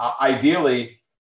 ideally